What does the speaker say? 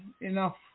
enough